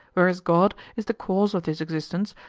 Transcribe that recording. whereas god is the cause of this existence,